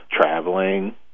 traveling